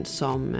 som